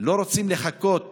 לא רוצים לחכות